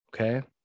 Okay